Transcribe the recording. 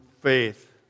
faith